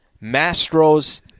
Mastro's